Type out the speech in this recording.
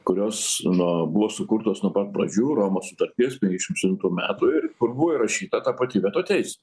kurios nu buvo sukurtos nuo pat pradžių romos sutarties penkiasdešimt septintų metų ir kur buvo įrašyta ta pati veto teisė